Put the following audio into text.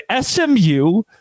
SMU